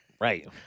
Right